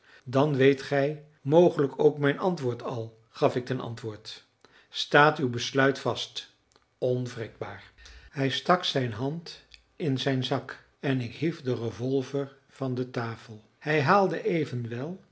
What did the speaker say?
dan weet gij mogelijk ook mijn antwoord al gaf ik ten antwoord staat uw besluit vast onwrikbaar hij stak zijn hand in zijn zak en ik hief den revolver van de tafel hij haalde evenwel